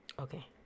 Okay